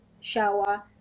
shower